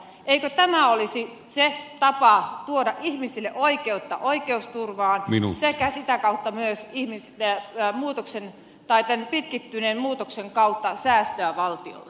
eikö tämä olisi se tapa tuoda ihmisille oikeutta oikeusturvaan sekä sitä kautta myös lyhentyneen muutoksen kautta säästöä valtiolle